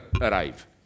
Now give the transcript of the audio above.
arrive